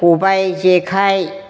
खबाय जेखाय